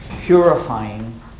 purifying